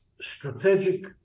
strategic